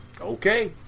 okay